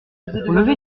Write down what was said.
lever